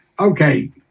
Okay